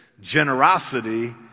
Generosity